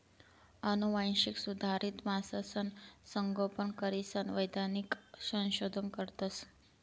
आनुवांशिक सुधारित मासासनं संगोपन करीसन वैज्ञानिक संशोधन करतस